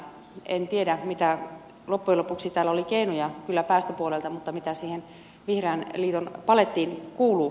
en tiedä mitä loppujen lopuksi täällä oli keinoja kyllä päästöpuolelta siihen vihreän liiton palettiin kuuluu